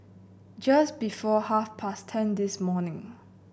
just before half past ten this morning